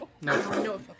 no